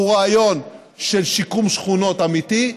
הוא רעיון של שיקום שכונות אמיתי,